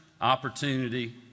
opportunity